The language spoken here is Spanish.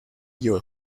joe